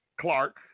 Clark